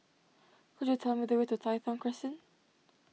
could you tell me the way to Tai Thong Crescent